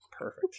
perfect